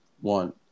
One